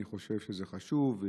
אני חושב שזה חשוב.